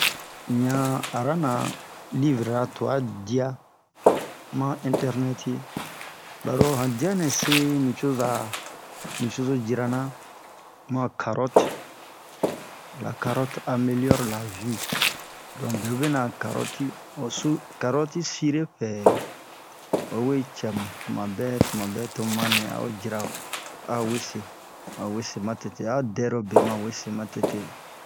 un ɲa ara na livre ra tua dia ma han interneti baro han dia nɛ se nucoza nicozo jira na mua ho carotte la carotte ameliore la vue don beobe nɛ a carotti ho su carotti sire pɛ o we cɛ mu tuma bɛ tuma bɛ tomu ma nɛ a o jira a we se a we se ma tete a dɛrobe ma wese ma tete